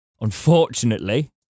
Unfortunately